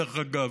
דרך אגב,